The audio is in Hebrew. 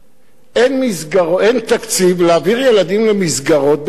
אין תקציב להעביר ילדים למסגרות בסיכון.